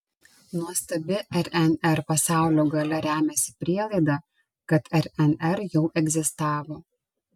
nuostabi rnr pasaulio galia remiasi prielaida kad rnr jau egzistavo